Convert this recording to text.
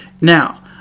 now